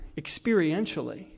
experientially